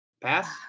Pass